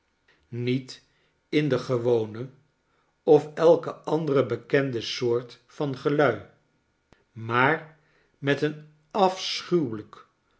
niet in de gewone of elke andere bekende soort van gelui maar met een afschuwelijk